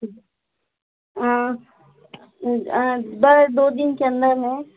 आ आ बस दो दिन के अंदर है